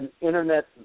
internet